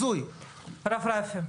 הרב רפי.